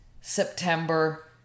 September